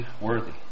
worthy